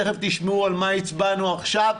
תיכף תשמעו על מה הצבענו עכשיו,